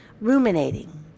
Ruminating